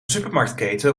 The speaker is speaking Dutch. supermarktketen